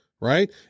Right